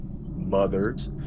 Mothers